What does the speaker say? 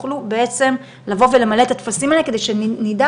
יוכלו בעצם לבוא ולמלא את הטפסים האלה כדי שנדע